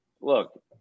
look